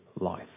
life